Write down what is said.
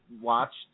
watched